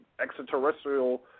extraterrestrial